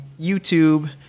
YouTube